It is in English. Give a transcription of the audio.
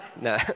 no